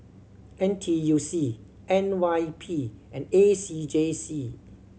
N T U C N Y P and A C J C